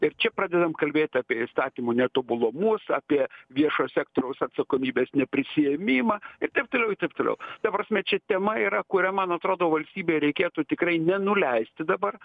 ir čia pradedam kalbėt apie įstatymų netobulumus apie viešo sektoriaus atsakomybės neprisiėmimą ir taip toliau i taip toliau ta prasme čia tema yra kuria man atrodo valstybei reikėtų tikrai nenuleisti dabar